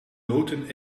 route